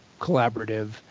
collaborative